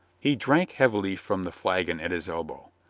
he drank heavily from the flagon at his elbow.